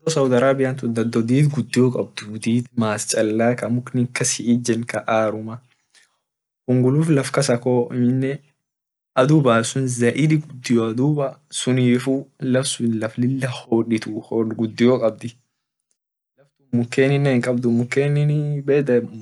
Dado saudi arabia dado did gudio kabd ta masa chall ka muk kas hiijen hunguluf las kasa bo amine adu gudio sunifu laf sun laf lila hodituu mukenine hinkabduu muken